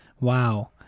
Wow